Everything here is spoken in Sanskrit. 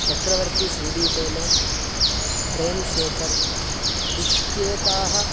चक्रवर्तीसूलीबेले प्रेमशेखरः इत्येताः